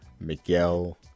Miguel